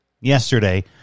yesterday